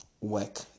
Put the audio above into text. Work